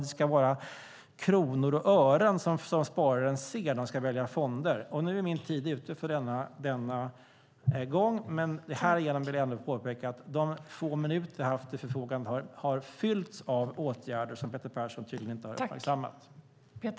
Det ska vara kronor och ören som spararen ser när man ska välja fonder. Nu är min tid ute för detta inlägg, men härigenom vill jag ändå påpeka att de få minuter jag har haft till förfogande har fyllts av åtgärder som Peter Persson tydligen inte har uppmärksammat.